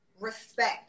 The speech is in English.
respect